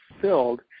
filled